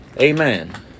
Amen